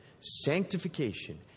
Sanctification